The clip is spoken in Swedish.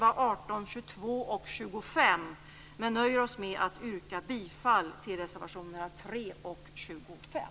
18, 22 och 25, men vi nöjer oss med att yrka bifall till reservationerna 3 och 25.